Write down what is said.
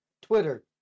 Twitter